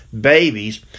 babies